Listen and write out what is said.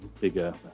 bigger